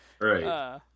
Right